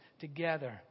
together